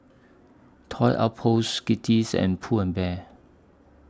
Toy Outpost Skittles and Pull and Bear